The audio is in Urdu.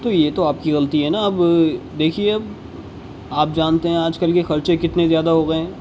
تو یہ تو آپ کی غلطی ہے نا اب دیکھیے اب آپ جانتے ہیں آج کل کے خرچے کتنے زیادہ ہو غئے ہیں